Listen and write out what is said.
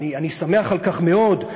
אני שמח על כך מאוד,